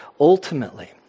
ultimately